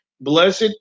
Blessed